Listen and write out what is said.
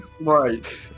Right